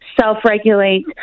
self-regulate